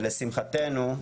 ולשמחתנו,